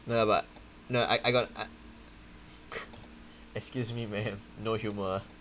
no lah but no lah I I got uh excuse me ma'am no humour ah